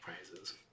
prizes